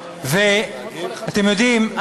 אתם יודעים,